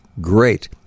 great